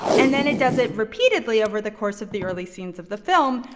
and then it does it repeatedly over the course of the early scenes of the film,